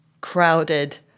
crowded